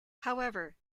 however